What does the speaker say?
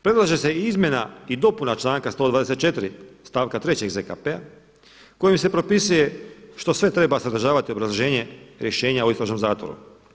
Predlaže se izmjena i dopuna članka 124. stavka 3. ZKP-a kojim se propisuje što sve treba sadržavati obrazloženje rješenja o istražnom zatvoru.